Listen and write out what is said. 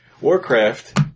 Warcraft